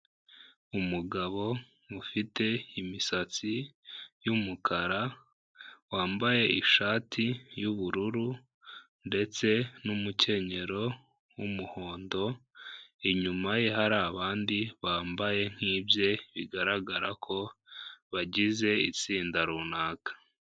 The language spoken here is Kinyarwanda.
Umugabo ufite imisatsi y'umukara, wambaye ishati y'ubururu ndetse n'umukenyero w'umuhondo, inyuma ye hari abandi bambaye nk'ibye bigaragara ko bagize itsinda runaka.